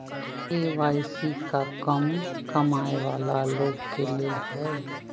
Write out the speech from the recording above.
KYC का कम कमाये वाला लोग के लेल है?